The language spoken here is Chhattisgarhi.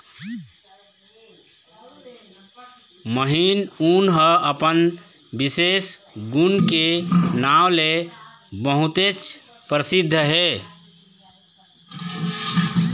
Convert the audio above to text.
महीन ऊन ह अपन बिसेस गुन के नांव ले बहुतेच परसिद्ध हे